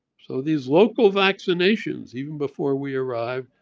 so these local vaccinations even before we arrived,